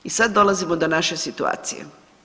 I sada dolazimo do naše situacije.